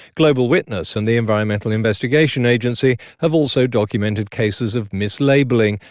global witness and the environmental investigation agency have also documented cases of mislabelling,